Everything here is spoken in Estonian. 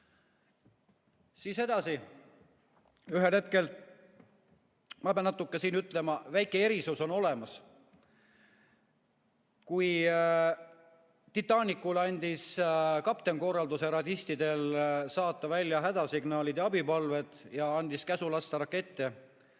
Siis edasi, ühel hetkel ... Ma pean siin ütlema, et väike erisus on olemas. Kui Titanicul andis kapten korralduse radistidele saata välja hädasignaalid ja abipalved ja andis käsu lasta rakette,